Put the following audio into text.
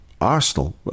Arsenal